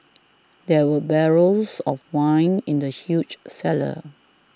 there were barrels of wine in the huge cellar